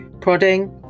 Prodding